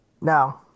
No